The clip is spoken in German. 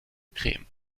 creme